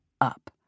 up